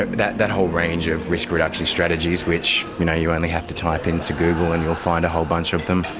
that that whole range of risk reduction strategies which you know you only have to type into google and you'll find a whole bunch of them.